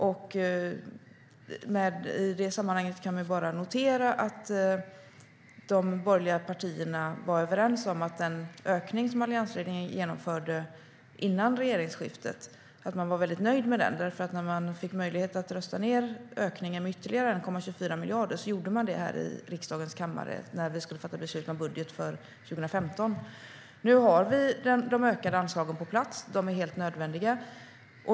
I det sammanhanget kan man notera att de borgerliga partierna var överens om och var väldigt nöjda med den ökning som alliansregeringen genomförde före regeringsskiftet. När man fick möjlighet att rösta ned förslaget om en ökning med ytterligare 1,24 miljarder gjorde man det i riksdagens kammare när vi fattade beslut om budget för 2015. Nu är de ökade anslagen på plats. De är helt nödvändiga.